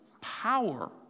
power